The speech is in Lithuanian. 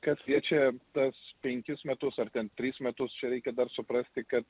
kas liečia tas penkis metus ar ten tris metus čia reikia dar suprasti kad